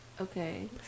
Okay